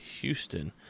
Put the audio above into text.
Houston